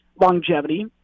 longevity